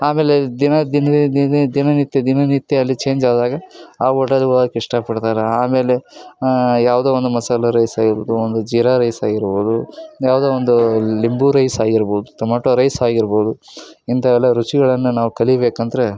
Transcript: ಆಮೇಲೆ ದಿನ ದಿನ ದಿನ ದಿನನಿತ್ಯ ದಿನನಿತ್ಯ ಅಲ್ಲಿ ಚೇಂಜ್ ಆದಾಗ ಆ ಓಟಲಿಗೆ ಹೋಗಕ್ ಇಷ್ಟಪಡ್ತಾರೆ ಆಮೇಲೆ ಯಾವುದೋ ಒಂದು ಮಸಾಲೆ ರೈಸ್ ಆಗಿರ್ಬೋದು ಒಂದು ಜೀರ ರೈಸ್ ಆಗಿರ್ಬೋದು ಯಾವುದೋ ಒಂದು ಲಿಂಬೆ ರೈಸ್ ಆಗಿರ್ಬೋದು ತೊಮೊಟೊ ರೈಸ್ ಆಗಿರ್ಬೋದು ಇಂಥವೆಲ್ಲ ರುಚಿಗಳನ್ನು ನಾವು ಕಲಿಬೇಕಂದ್ರೆ